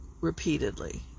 repeatedly